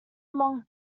among